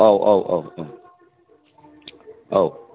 औ औ औ औ औ